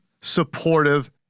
supportive